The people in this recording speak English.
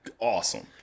awesome